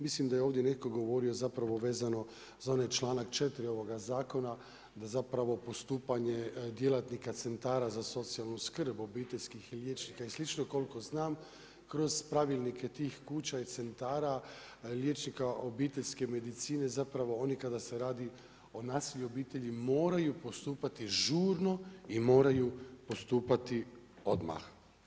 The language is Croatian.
Mislim da je ovdje netko govorio zapravo vezano za onaj članak 4. ovoga zakona da zapravo postupanje djelatnika centara za socijalnu skrb obiteljskih liječnika i slično, koliko znam, kroz pravilnike tih kuća i centara, liječnika obiteljske medicine zapravo oni kada se radi o nasilju u obitelji moraju postupati žurno i moraj postupati odmah.